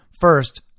First